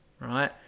right